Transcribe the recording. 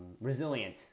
Resilient